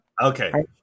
okay